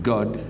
God